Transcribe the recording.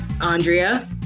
Andrea